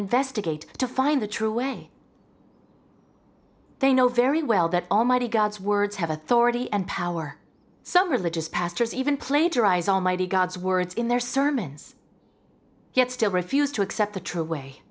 investigate to find the true way they know very well that almighty god's words have authority and power some religious pastors even plagiarize almighty god's words in their sermons yet still refuse to accept the true way